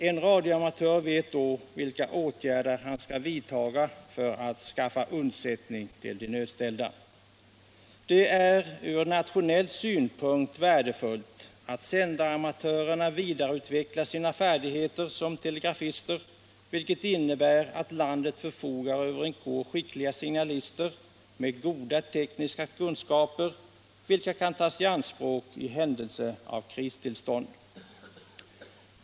En radioamatör vet då vilka åtgärder han skall vidta för att skaffa undsättning till de nödställda. Det är ur nationell synpunkt värdefullt att sändaramatörerna vidareutvecklar sina färdigheter som telegrafister, vilket innebär att landet kommer att förfoga över en kår av skickliga signalister med goda tekniska kunskaper, vilka kan tas i anspråk i händelse av kristillstånd.